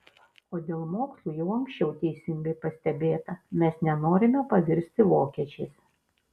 o dėl mokslų jau anksčiau teisingai pastebėta mes nenorime pavirsti vokiečiais